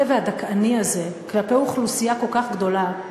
והדַכְּאני הזה כלפי אוכלוסייה כל כך גדולה,